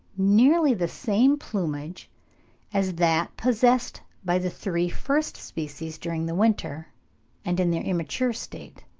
nearly the same plumage as that possessed by the three first species during the winter and in their immature state